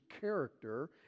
character